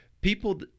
people